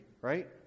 right